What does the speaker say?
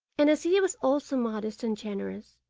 and as he was also modest and generous,